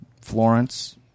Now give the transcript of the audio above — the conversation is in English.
Florence